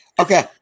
Okay